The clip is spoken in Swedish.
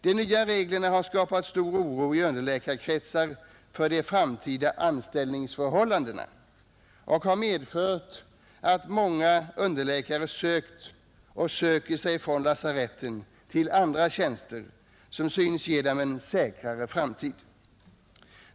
De nya reglerna har skapat stor oro i underläkarkretsar för de framtida anställningsförhållandena och har medfört att många underläkare sökt och söker sig från lasaretten till andra tjänster, som synes ge dem en säkrare framtid.